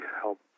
help